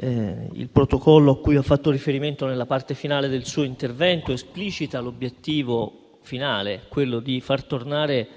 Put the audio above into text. il protocollo cui ha fatto riferimento nella parte finale dell'intervento esplicita l'obiettivo finale, quello di far tornare